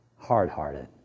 hard-hearted